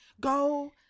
Go